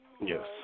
Yes